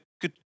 good